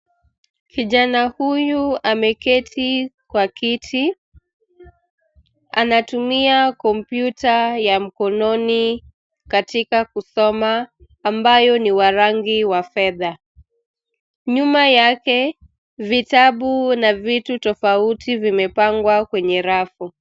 Kijana huyu ameketi kwa kiti. Anatumia kompyuta ya mkononi katika kusoma, ambayo ni wa rangi wa fedha. Nyuma yake vitabu na vitu tofauti vimepangwa kwenye rafu.